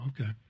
okay